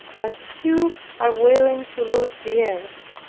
but few are willing to lose the earth.